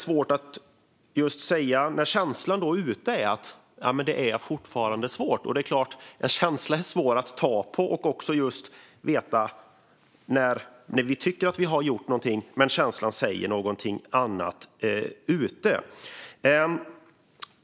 Känslan där ute är att det fortfarande är svårt. En känsla är svår att ta på - när vi tycker att vi har gjort någonting men känslan där ute säger någonting annat.